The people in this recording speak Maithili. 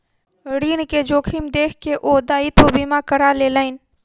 ऋण के जोखिम देख के ओ दायित्व बीमा करा लेलैन